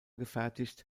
gefertigt